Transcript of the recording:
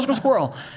um squirrel.